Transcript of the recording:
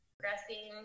Progressing